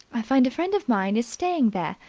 i find a friend of mine is staying there.